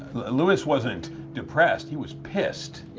lewis wasn't depressed. he was pissed.